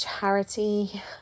charity